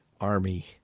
army